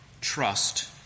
trust